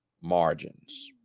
margins